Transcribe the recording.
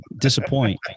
disappoint